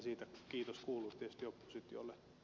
siitä kiitos kuuluu yhtiöksi jolle